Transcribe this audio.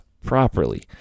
properly